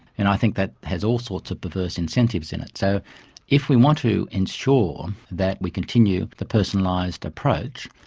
and i think that has all sorts of perverse incentives in it. so if we want to ensure that we continue the personalised approach,